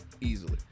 Easily